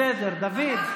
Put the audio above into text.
בסדר, דוד.